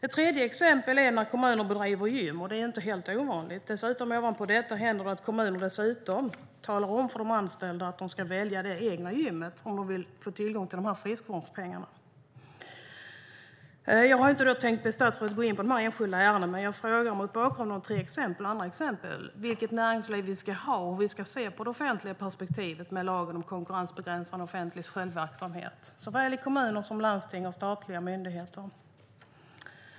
Ett tredje exempel är när kommuner bedriver gym, och det är inte helt ovanligt. Ovanpå detta händer det att kommunen talar om för de anställda att de ska välja det egna gymmet om de vill få tillgång till friskvårdspengarna. Jag har inte tänkt be statsrådet att gå in på de enskilda ärendena, men jag frågar mot bakgrund av dessa tre exempel och andra exempel vilket näringsliv vi ska ha och hur vi ska se på det offentliga i perspektivet med lagen om konkurrensbegränsande offentlig säljverksamhet i såväl kommuner som landsting och statliga myndigheter.